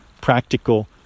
practical